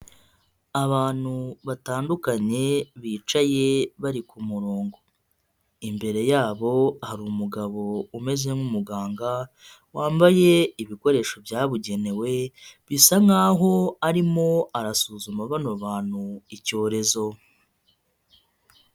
Abantu batandukanye bicaye bari ku murongo, imbere yabo hari umugabo umeze nk'umuganga wambaye ibikoresho byabugenewe, bisa nkaho arimo arasuzuma bano abantu icyorezo.